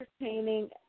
entertaining